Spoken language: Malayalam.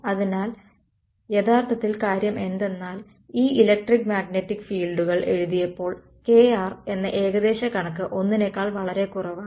അതിനാൽ യഥാർത്ഥത്തിൽ കാര്യം എന്തെന്നാൽ ഈ ഇലക്ടിക് മാഗ്നെറ്റിക് ഫീൾഡുകൾ എഴുതിയപ്പോൾ kr എന്ന ഏകദേശ കണക്ക് 1 നേക്കാൾ വളരെ കുറവാണ്